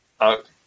Okay